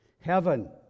Heaven